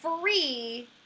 free